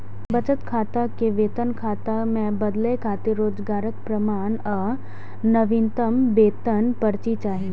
बचत खाता कें वेतन खाता मे बदलै खातिर रोजगारक प्रमाण आ नवीनतम वेतन पर्ची चाही